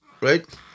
right